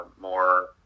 more